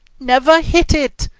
never hit it!